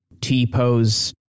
T-pose